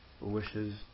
wishes